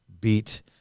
beat